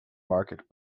market